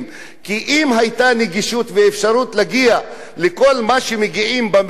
אם היתה נגישות ואפשרות להגיע לכל מה שמגיעים אליו במרכז,